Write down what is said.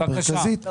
בבקשה.